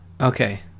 Okay